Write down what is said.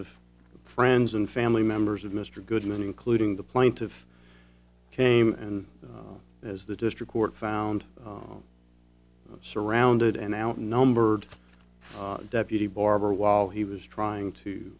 of friends and family members of mr goodman including the plaintiff came and as the district court found surrounded and outnumbered deputy barbour while he was trying to